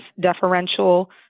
deferential